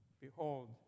Behold